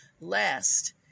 Last